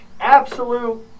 Absolute